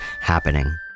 happening